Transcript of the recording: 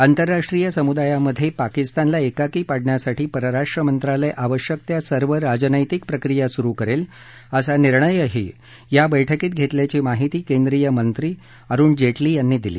आंतरराष्ट्रीय समुदायामध्ये पाकिस्तानला एकाकी पाडण्यासाठी परराष्ट्र मंत्रालय आवश्यक त्या सर्व राजनैतिक प्रक्रिया सुरू करेल असा निर्णयही या बैठकीत घेतल्याची माहिती केंद्रीय मंत्री अरुण जेटली यांनी दिली